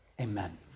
amen